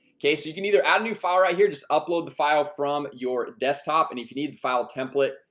ok, so you can either add a new file right here just upload the file from your desktop and you can eat the file template.